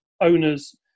owners